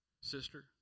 Sister